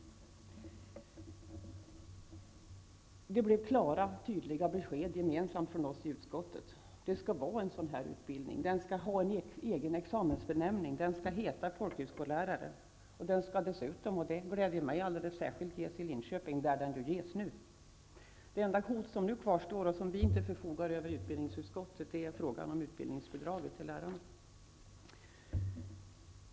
Nu blev det klara och tydliga besked från utskottet. Den här utbildningen skall ha en egen examensbenämning, den skall heta folkhögskollärare. Den skall dessutom ges i Linköping, där den ges nu. Detta gläder mig alldeles särskilt. Det enda hot som nu kvarstår och som vi inte rår över i utbildningsutskottet är frågan om utbildningsbidrag till lärarna.